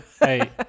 Hey